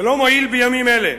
ולא מועיל בימים אלה,